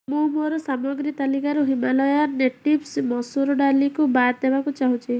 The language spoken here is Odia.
ମୁଁ ମୋର ସାମଗ୍ରୀ ତାଲିକାରୁ ହିମାଲୟାନ୍ ନେଟିଭ୍ସ୍ ମସୁର ଡାଲିକୁ ବାଦ୍ ଦେବାକୁ ଚାହୁଁଛି